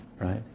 right